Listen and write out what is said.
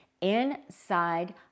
inside